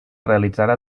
realitzarà